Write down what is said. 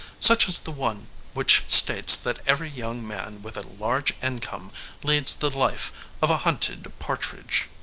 such as the one which states that every young man with a large income leads the life of a hunted partridge.